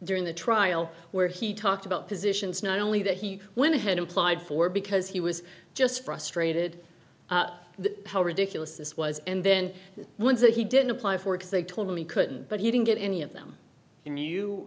during the trial where he talked about positions not only that he went ahead applied for because he was just frustrated that how ridiculous this was and then once that he didn't apply for it think told him he couldn't but he didn't get any of them can you